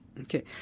Okay